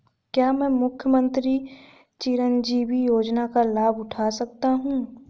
क्या मैं मुख्यमंत्री चिरंजीवी योजना का लाभ उठा सकता हूं?